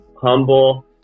humble